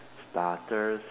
starters